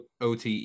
OTE